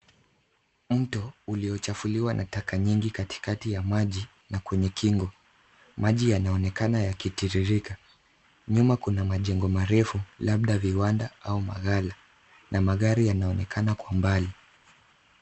Mto uliochafuliwa na taka nyingi katikati ya maji na kwenye kingo. Maji yanaonekana yakitiririka. Nyuma, kuna majengo marefu, labda viwanda au magala. Na magari yanaonekana kwa umbali.